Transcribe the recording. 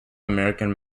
american